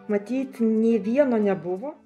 matyt nė vieno nebuvo